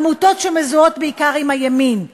עמותות שמזוהות בעיקר עם הימין.